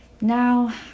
Now